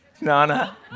Nana